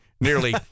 Nearly